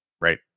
Right